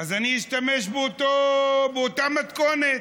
אז אני אשתמש באותה מתכונת.